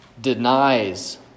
denies